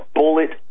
bullet